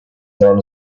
known